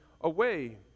away